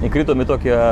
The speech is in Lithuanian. įkritom į tokią